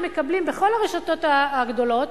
בכל הרשתות הגדולות,